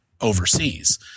overseas